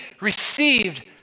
received